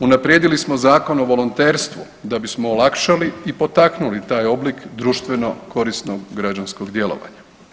Unaprijedili smo Zakon o volonterstvu da bismo olakšali i potaknuli taj oblik društveno korisnog građanskog djelovanja.